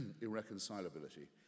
irreconcilability